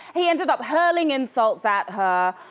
he ended up hurling insults at her,